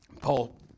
Paul